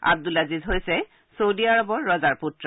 আব্দুলাজিজ হৈছে চৌদি আৰবৰ ৰজাৰ পূত্ৰ